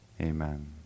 Amen